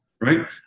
right